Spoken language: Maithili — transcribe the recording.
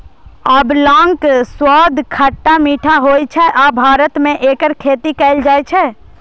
आंवलाक स्वाद खट्टा मीठा होइ छै आ भारत मे एकर खेती कैल जाइ छै